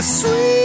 sweet